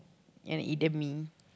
and either me